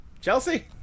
Chelsea